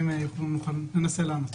ננסה לענות.